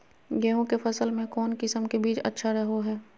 गेहूँ के फसल में कौन किसम के बीज अच्छा रहो हय?